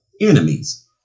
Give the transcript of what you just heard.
enemies